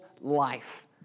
life